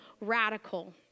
radical